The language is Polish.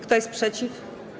Kto jest przeciw?